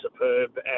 superb